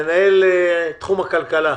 מנהל תחום הכלכלה,